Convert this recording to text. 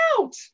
out